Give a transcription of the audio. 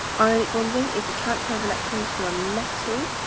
ionic bonding is a transfer of electrons from a metal,